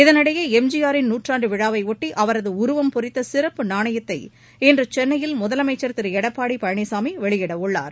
இதனிடையே எம்ஜிஆரின் நூற்றாண்டுவிழாவை ஒட்டி அவரது உருவம் பொறித்த சிறப்பு நாணயத்தை இன்று சென்னையில் முதலமைச்சர் திரு எடப்பாடி பழனிச்சாமி வெளியிடவுள்ளார்